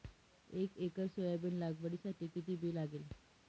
एक acre soybean लागवडीसाठी किती बी लागेल?